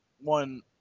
one